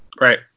right